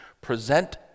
present